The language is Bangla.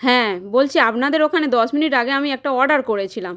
হ্যাঁ বলছি আপনাদের ওখানে দশ মিনিট আগে আমি একটা অর্ডার করেছিলাম